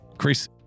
Chris